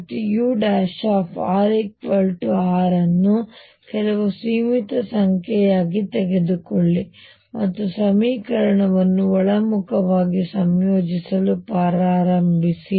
ಮತ್ತುurR ಅನ್ನು ಕೆಲವು ಸೀಮಿತ ಸಂಖ್ಯೆಯಾಗಿ ತೆಗೆದುಕೊಳ್ಳಿ ಮತ್ತು ಸಮೀಕರಣವನ್ನು ಒಳಮುಖವಾಗಿ ಸಂಯೋಜಿಸಲು ಪ್ರಾರಂಭಿಸಿ